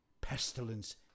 Pestilence